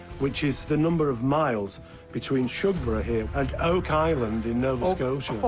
which is the number of miles between shugborough here and oak island in nova scotia.